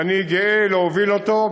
שאני גאה להוביל אותו,